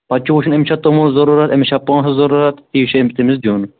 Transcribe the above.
پَتہٕ چھُ وُچھُن أمِس چھا توٚمُل ضرٗورت أمِس چھا پۅنٛسہٕ ضرٗورت تی چھُ أمِس تٔمِس دِیُن